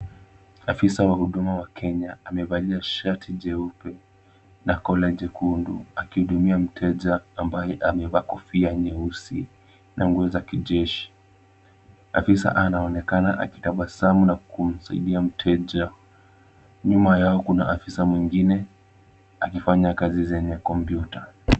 Afisa wa huduma wa Kenya amevalia shati jeupe na kola jekundu akihudumia mteja ambaye amevaa kofia nyeusi na nguo za kijeshi. Afisa anaonekana akitabasamu na kumsaidia mteja. Nyuma yao kuna afisa mwingine akifanya kazi zenye kompyuta.